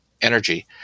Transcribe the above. energy